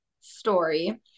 story